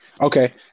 Okay